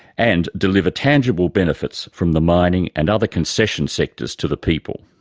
and deliver tangible benefits from the mining and other concession sectors to the people.